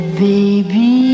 baby